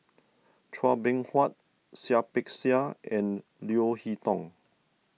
Chua Beng Huat Seah Peck Seah and Leo Hee Tong